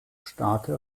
starke